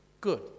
Good